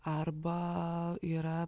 arba yra